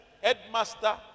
headmaster